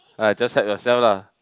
ah just help yourself lah